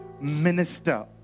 Minister